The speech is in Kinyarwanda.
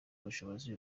ubushobozi